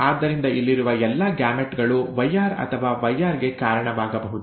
ಆದ್ದರಿಂದ ಇಲ್ಲಿರುವ ಎಲ್ಲಾ ಗ್ಯಾಮೆಟ್ ಗಳು YR ಅಥವಾ yrಗೆ ಕಾರಣವಾಗಬಹುದು